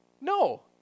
No